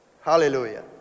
Hallelujah